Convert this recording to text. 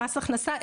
במס הכנסה.